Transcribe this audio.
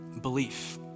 Belief